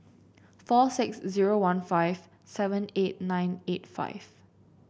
four six zero one five seven eight nine eight five